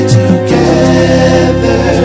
together